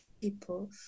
people